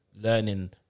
learning